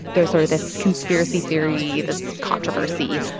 there's sort of this conspiracy theory, this controversy.